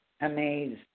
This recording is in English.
amazed